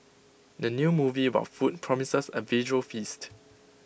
the new movie about food promises A visual feast